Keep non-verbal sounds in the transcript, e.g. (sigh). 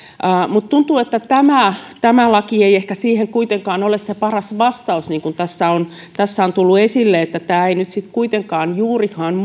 mutta tuntuu että tämä laki ei ehkä siihen kuitenkaan ole se paras vastaus niin kuin tässä on tullut esille tämä ei nyt sitten kuitenkaan juurikaan (unintelligible)